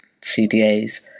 CDAs